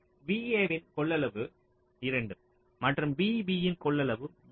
VA வின் கொள்ளளவு 2 மற்றும் VB வின் கொள்ளளவு 3